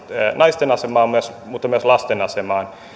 naisten asemaan mutta myös lasten asemaan